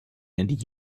and